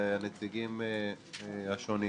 והנציגים השונים,